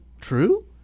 true